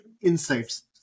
insights